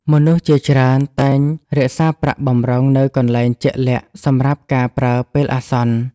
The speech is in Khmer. មនុស្សជាច្រើនតែងរក្សាប្រាក់បម្រុងនៅកន្លែងជាក់លាក់សម្រាប់ការប្រើពេលអាសន្ន។